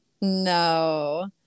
No